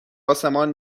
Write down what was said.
آسمان